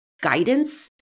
guidance